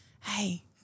hey